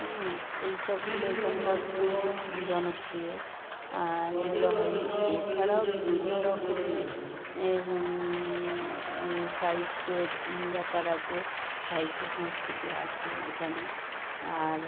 হুম এই সবগুলো এখানকার খুব জনপ্রিয় আর এগুলো হয়ই এছাড়াও বিভিন্ন রকমের এর সাহিত্যের ব্যাপার আছে সাহিত্য সংস্কৃতি আছে এখানে আর